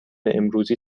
امروزی